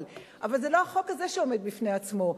אבל זה לא החוק הזה שעומד בפני עצמו.